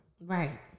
right